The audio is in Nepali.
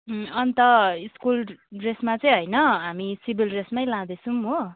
अन्त स्कुल ड्रेसमा चाहिँ होइन हामी सिभिल ड्रेसमै लाँदैछौँ हो